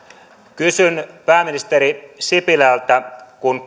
kysyn pääministeri sipilältä kun